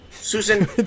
Susan